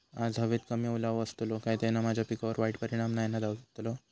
आज हवेत कमी ओलावो असतलो काय त्याना माझ्या पिकावर वाईट परिणाम नाय ना व्हतलो?